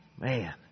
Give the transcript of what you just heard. Man